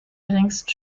geringsten